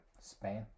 Spain